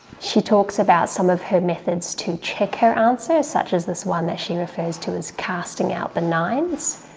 she talks about some of her methods to check her answer such as this one that she refers to as casting out the nines,